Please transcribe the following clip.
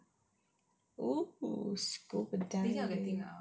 oh scuba diving